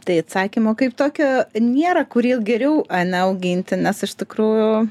tai atsakymo kaip tokio nėra kurį geriau ane auginti nes iš tikrųjų